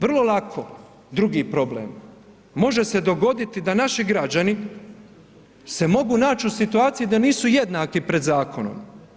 Vrlo lako, drugi problem, može se dogoditi da naši građani se mogu nać u situaciji da nisu jednaki pred zakonom.